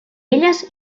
elles